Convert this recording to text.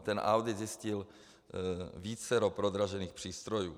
Ten audit zjistil vícero prodražených přístrojů.